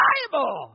Bible